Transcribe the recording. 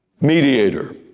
mediator